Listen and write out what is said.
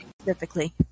specifically